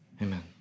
Amen